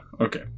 okay